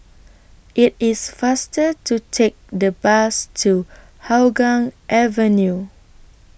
IT IS faster to Take The Bus to Hougang Avenue